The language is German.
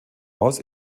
aus